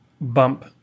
bump